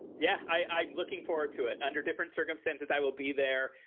yeah, i, i'm looking forward to it. under different circumstances i will be there.